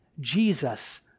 Jesus